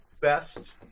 best